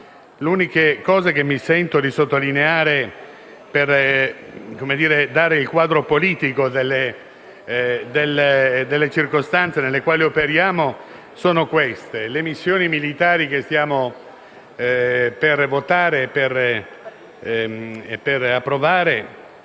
Le uniche cose che mi sento di sottolineare, per dare il quadro politico delle circostanze nelle quali operiamo, sono le seguenti: le missioni militari che stiamo per votare e approvare